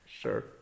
Sure